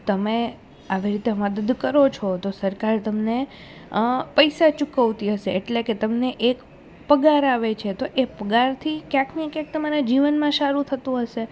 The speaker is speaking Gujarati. તમે આવી રીતે મદદ કરો છો તો સરકાર તમને પૈસા ચૂકવતી હશે એટલે કે તમને એક પગાર આવે છે તો એ પગારથી ક્યાંકને ક્યાંક તમારા જીવનમાં સારું થતું હશે